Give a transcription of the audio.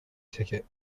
ticket